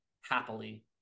happily